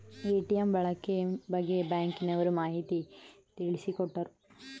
ATM ಬಳಕೆ ಬಗ್ಗೆ ಬ್ಯಾಂಕಿನವರು ಮಾಹಿತಿ ತಿಳಿಸಿಕೊಟ್ಟರು